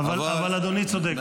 --- אבל אדוני צודק.